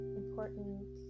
important